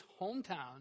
hometown